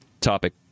topic